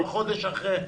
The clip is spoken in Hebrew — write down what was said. אנחנו כבר חודש אחרי.